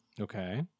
Okay